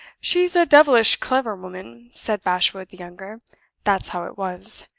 she's a devilish clever woman, said bashwood the younger that's how it was.